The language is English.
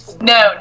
No